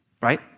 right